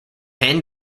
hand